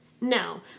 No